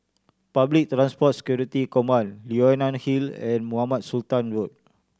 Public Transport Security Command Leonie Hill and Mohamed Sultan Road